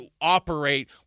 operate